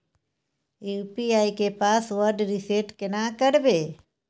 UPI के password reset केना करबे?